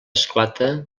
esclata